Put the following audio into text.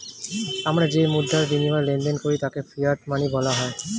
আমরা যেই মুদ্রার বিনিময়ে লেনদেন করি তাকে ফিয়াট মানি বলা হয়